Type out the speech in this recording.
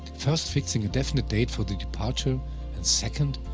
first fixing a definite date for the departure and second,